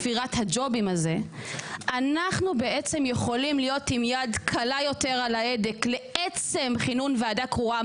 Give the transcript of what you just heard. אנחנו בעצם יכולים להיות עם יד קלה יותר על ההדק לעצם כינון ועדה קרואה.